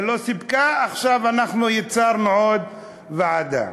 לא סיפקה, ועכשיו אנחנו ייצרנו עוד ועדה.